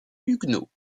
huguenots